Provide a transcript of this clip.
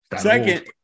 Second